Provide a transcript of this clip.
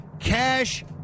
Cash